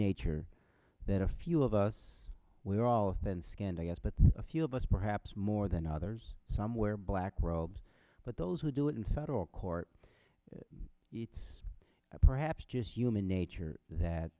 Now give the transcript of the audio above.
nature that a few of us we're all been scanned i guess but a few of us perhaps more than others some wear black robes but those who do it in federal court it's perhaps just human nature that